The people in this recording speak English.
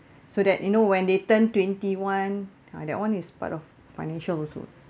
so that you know when they turn twenty one uh that one is part of financial also